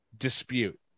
dispute